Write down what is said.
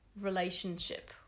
relationship